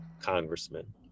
congressman